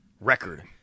record